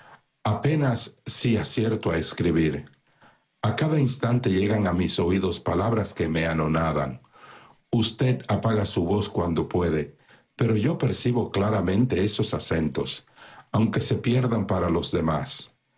apenas si acierto a escribir a cada instante llegan a mis oídos palabras que me anonadan usted apaga su voz cuanto puede pero yo percibo claramente esos acentos aunque se pierdan para los demás